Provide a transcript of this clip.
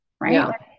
Right